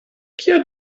kia